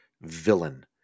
villain